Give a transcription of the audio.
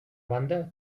banda